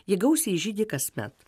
ji gausiai žydi kasmet